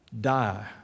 die